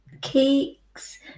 cakes